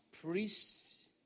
priests